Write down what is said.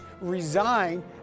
resign